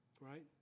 Right